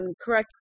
correct